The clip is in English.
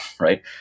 right